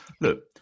Look